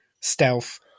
stealth